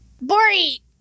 Bori